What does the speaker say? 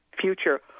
future